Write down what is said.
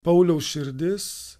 pauliaus širdis